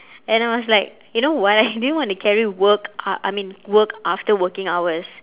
and I was like you know what I didn't want to carry work uh I mean work after working hours